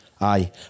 Aye